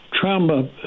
trauma